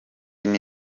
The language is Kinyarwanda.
kandi